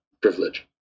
privilege